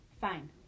fine